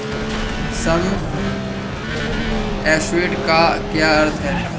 सम assured का क्या अर्थ है?